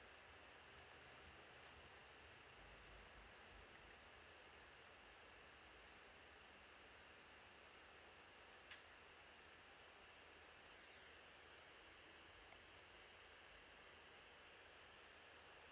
uh uh